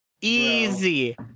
Easy